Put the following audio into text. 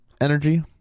energy